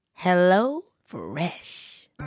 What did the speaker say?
HelloFresh